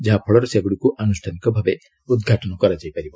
ଯାହାଫଳରେ ସେଗୁଡ଼ିକୁ ଆନୁଷ୍ଠାନିକ ଭାବେ ଉଦ୍ଘାଟନ କରାଯାଇ ପାରିବ